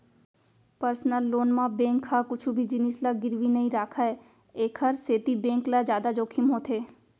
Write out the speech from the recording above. personal loan म bank ह कुछु भी जिनिस ल गिरवी नइ राखय एखर सेती बेंक ल जादा जोखिम होथे